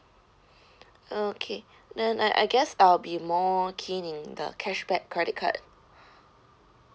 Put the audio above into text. okay then I I guess I'll be more keen in the cashback credit card